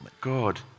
God